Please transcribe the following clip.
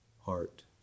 heart